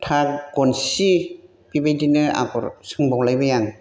था गनसि बिबायदिनो आगर सोंबावलायबाय आं